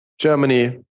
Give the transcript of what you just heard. Germany